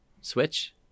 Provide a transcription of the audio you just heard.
Switch